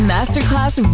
Masterclass